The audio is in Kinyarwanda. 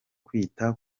kwita